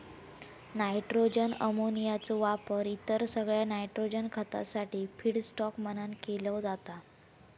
nitrogen अमोनियाचो वापर इतर सगळ्या नायट्रोजन खतासाठी फीडस्टॉक म्हणान केलो जाता